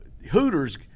Hooters